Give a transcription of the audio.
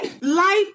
Life